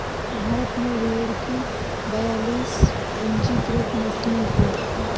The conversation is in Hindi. भारत में भेड़ की बयालीस पंजीकृत नस्लें उपलब्ध हैं